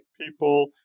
people